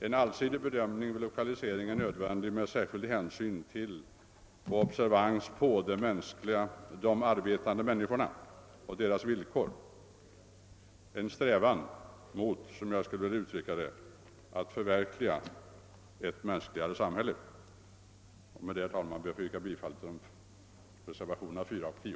En allsidig bedömning vid Jlokaliseringen är nödvändig med särskild hänsyn till och observans på de arbetande människorna och deras villkor, en strävan mot — som jag skulle vilja uttrycka det — att förverkliga ett mänskligare samhälle. Med det anförda, herr talman, ber jag att få yrka bifall till reservationerna 4 och 10.